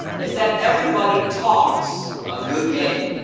is that everybody talks a good game.